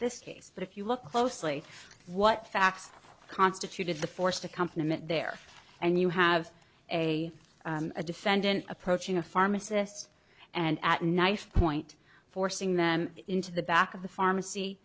this case but if you look closely at what facts constituted the forced accompaniment there and you have a a defendant approaching a pharmacist and at knifepoint forcing them into the back of the pharmacy